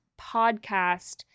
podcast